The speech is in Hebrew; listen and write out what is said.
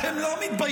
אתם לא מתביישים?